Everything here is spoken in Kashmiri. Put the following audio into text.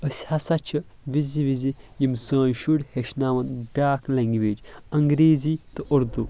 أسۍ ہسا چھِ وِزِ وِزِ یِم سٲنۍ شُرۍ ہیٚچھناون بیٛاکھ لینگویج انگریٖزی تہٕ اردوٗ